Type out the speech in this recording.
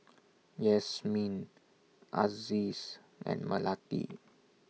Yasmin Aziz and Melati